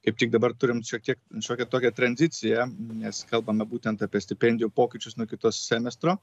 kaip tik dabar turim šiek tiek šiokią tokią tranziciją nes kalbame būtent apie stipendijų pokyčius nuo kito semestro